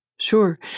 Sure